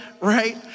right